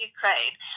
Ukraine